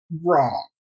wrong